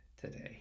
today